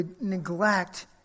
neglect